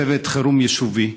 צוות חירום יישובי,